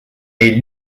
est